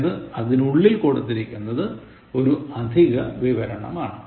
അതായത് അതിനുള്ളിൽ കൊടുത്തിരിക്കുന്നത് ഒരു അധിക വിവരണമാണ്